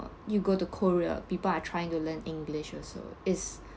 you go to korea people are trying to learn english also it's